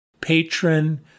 patron